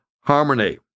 harmony